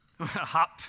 Hop